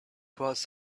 was